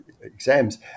exams